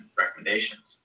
recommendations